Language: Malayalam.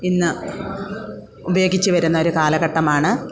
ഇന്ന് ഉപയോഗിച്ച് വരുന്ന ഒരു കാലഘട്ടമാണ്